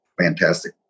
fantastic